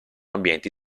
ambienti